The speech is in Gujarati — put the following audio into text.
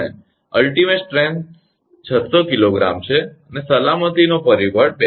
અંતિમ શક્તિ 600 𝐾𝑔 છે અને સલામતીનો પરિબળ 2 છે